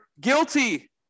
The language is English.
guilty